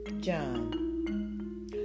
John